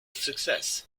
success